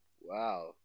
Wow